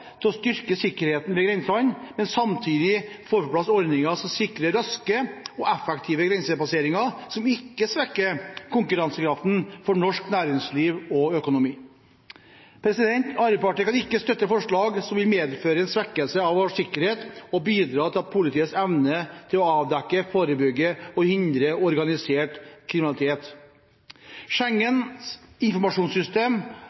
til å styrke sikkerheten ved grensene, men samtidig får på plass ordninger som sikrer raske og effektive grensepasseringer som ikke svekker konkurransekraften til norsk næringsliv og økonomi. Arbeiderpartiet kan ikke støtte forslag som vil medføre en svekkelse av vår sikkerhet og bidra til at politiets evne til å avdekke, forebygge og hindre organisert kriminalitet